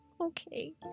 Okay